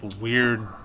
weird